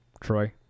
Troy